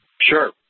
Sure